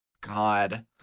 God